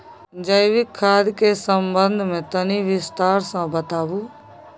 जैविक खाद के संबंध मे तनि विस्तार स बताबू?